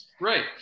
Right